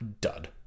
dud